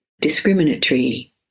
discriminatory